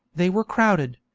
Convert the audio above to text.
they were crowded,